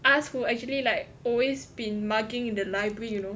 us who actually like always been mugging in the library you know